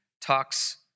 talks